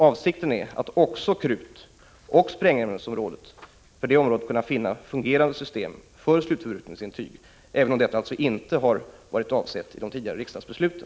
Avsikten är att också på krutoch sprängämnesområdet finna fungerande system för slutförbrukningsintyg, även om detta alltså inte har varit avsett i de tidigare riksdagsbesluten.